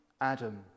Adam